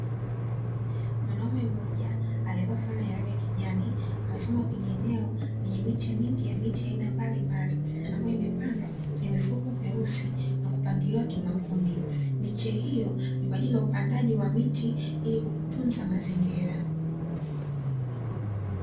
Mwanaume mmoja alievaa fulana yenye rangi ya kijani, amesimama kwenye eneo lenye miche mingi ya miti ya aina mbalimbalia ambayo imepandwa kwenye vifuko vyeusi na kupangiliwa kimakundi, miche hiyo ni kwaajili ya upandaji wa miti ili kutunza mazingira.